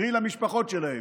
קרי, למשפחות שלהם.